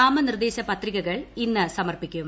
നാമനിർദ്ദേശ പത്രികകൾ ഇന്ന് സമർപ്പിക്കും